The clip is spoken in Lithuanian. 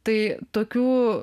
tai tokių